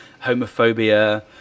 homophobia